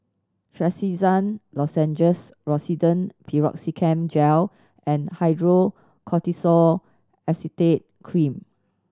Trachisan Lozenges Rosiden Piroxicam Gel and Hydrocortisone Acetate Cream